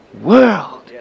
world